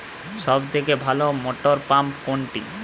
সবথেকে ভালো মটরপাম্প কোনটি?